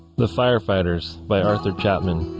the firefighters by arthur chapman